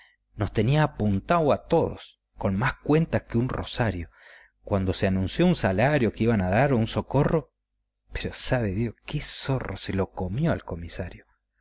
nos tenía apuntaos a todos con más cuentas que un rosario cuando se anunció un salario que iban a dar o un socorro pero sabe dios qué zorro se lo comió al comisario